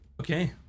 Okay